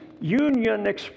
Union